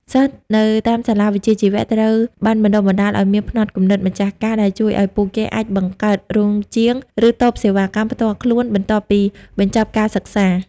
សិស្សនៅតាមសាលាវិជ្ជាជីវៈត្រូវបានបណ្ដុះបណ្ដាលឱ្យមាន "ផ្នត់គំនិតម្ចាស់ការ" ដែលជួយឱ្យពួកគេអាចបង្កើតរោងជាង ឬតូបសេវាកម្មផ្ទាល់ខ្លួនបន្ទាប់ពីបញ្ចប់ការសិក្សា។